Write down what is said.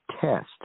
test